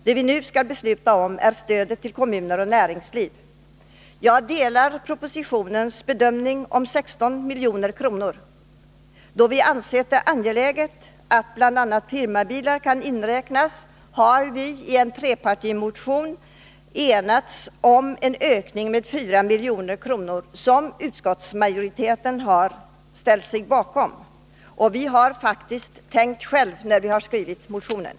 Det vi nu skall besluta om är stödet till kommuner och näringsliv. Jag delar propositionens bedömning när det gäller anslaget med 16 milj.kr. I en trepartimotion har vi, eftersom vi ansett det angeläget bl.a. att transporter med firmabilar kan omfattas av stödet, enats om att föreslå en ökning med 4 miljoner, vilket utskottsmajoriteten har ställt sig bakom. Jag vill tillägga att vi faktiskt har tänkt själva när vi har skrivit motionen.